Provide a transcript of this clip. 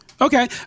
Okay